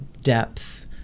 depth